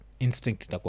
Instinct